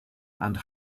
and